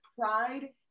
pride